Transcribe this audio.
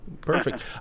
perfect